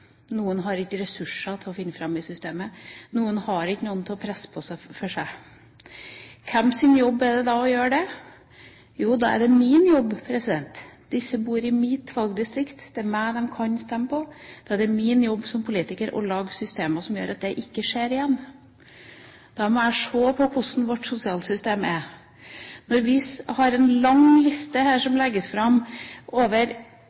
noen har ikke ressurser til å finne fram i systemet, noen har ikke noen til å presse på for seg. Hvem sin jobb er det da å gjøre det? Jo, da er det min jobb. Disse bor i mitt valgdistrikt, det er meg de kan stemme på, og da er det min jobb som politiker å lage systemer som gjør at det ikke skjer igjen. Da må jeg se på hvordan vårt sosialsystem er. Når vi har en lang liste som legges fram over